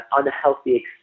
unhealthy